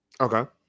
Okay